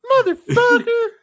Motherfucker